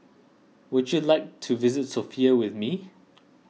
would you like to visit Sofia with me